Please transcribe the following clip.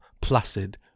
placid